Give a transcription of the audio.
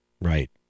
Right